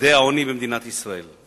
ממדי העוני במדינת ישראל.